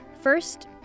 First